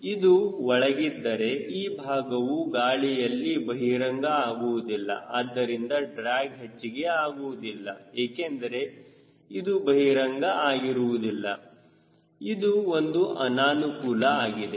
ಇದು ಒಳಗಿದ್ದರೆ ಈ ಭಾಗವು ಗಾಳಿಯಲ್ಲಿ ಬಹಿರಂಗ ಆಗುವುದಿಲ್ಲ ಆದ್ದರಿಂದ ಡ್ರ್ಯಾಗ್ ಹೆಚ್ಚಿಗೆ ಆಗುವುದಿಲ್ಲ ಏಕೆಂದರೆ ಇದು ಬಹಿರಂಗ ಆಗುವುದಿಲ್ಲ ಇದು ಒಂದು ಅನಾನುಕೂಲ ಆಗಿದೆ